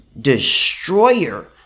destroyer